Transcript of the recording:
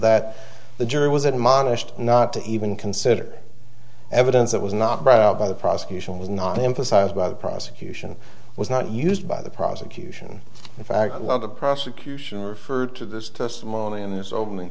that the jury was admonished not to even consider evidence that was not brought out by the prosecution was not emphasized by the prosecution was not used by the prosecution in fact the other prosecution referred to this testimony in his opening